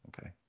Okay